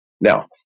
Now